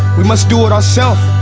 we must do it ourselves?